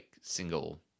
single